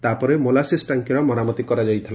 ତା'ପରେ ମୋଲାସିସ୍ ଟାଙ୍କିର ମରାମତି କରାଯାଇଛି